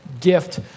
gift